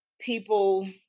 people